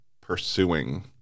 pursuing